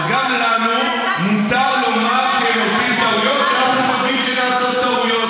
אז גם לנו מותר לומר שהם עושים טעויות כשאנחנו חושבים שנעשו טעויות.